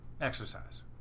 exercise